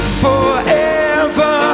forever